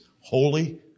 Holy